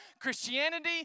Christianity